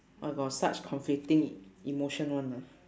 !wah! got such conflicting emotion [one] ah